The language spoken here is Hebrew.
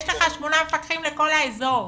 יש לך שמונה מפקחים לכל האזור.